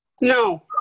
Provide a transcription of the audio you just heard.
No